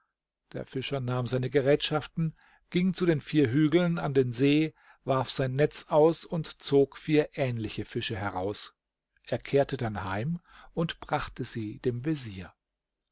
der fischer nahm seine gerätschaften ging zu den vier hügeln an den see warf sein netz aus und zog vier ähnliche fische heraus er kehrte dann heim und brachte sie dem vezier